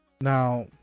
now